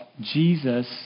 Jesus